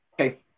okay